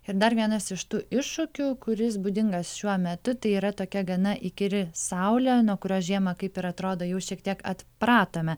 ir dar vienas iš tų iššūkių kuris būdingas šiuo metu tai yra tokia gana įkyri saulė nuo kurios žiemą kaip ir atrodo jau šiek tiek atpratome